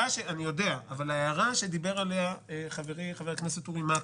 אבל ההערה שדיבר עליה חבר הכנסת אורי מקלב,